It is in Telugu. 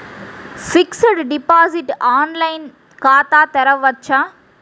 ఫిక్సడ్ డిపాజిట్ ఆన్లైన్ ఖాతా తెరువవచ్చా?